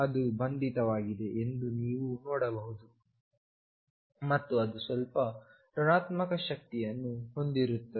ಅದು ಬಂಧಿತವಾಗಿದೆ ಎಂದು ನೀವು ನೋಡಬಹುದು ಮತ್ತು ಅದು ಸ್ವಲ್ಪ ಋಣಾತ್ಮಕ ಶಕ್ತಿಯನ್ನು ಹೊಂದಿರುತ್ತದೆ